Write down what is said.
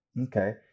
Okay